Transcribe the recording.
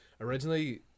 originally